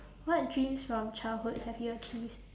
what dreams from childhood have you achieved